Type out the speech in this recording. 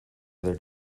other